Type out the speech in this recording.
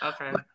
Okay